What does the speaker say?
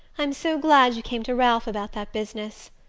i'm so glad you came to ralph about that business.